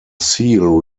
seal